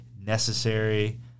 necessary